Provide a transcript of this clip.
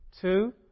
Two